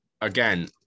again